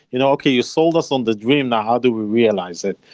you know okay, you sold us on the dream. now how do we realize it?